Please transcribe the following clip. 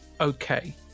Okay